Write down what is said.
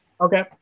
Okay